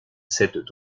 cède